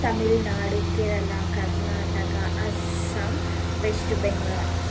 Tamil Nadu Kerala Karnataka Assam west Bengal